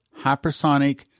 hypersonic